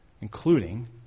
including